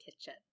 Kitchen